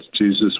Jesus